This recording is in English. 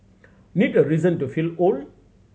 need a reason to feel old